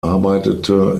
arbeitete